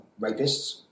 rapists